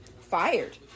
fired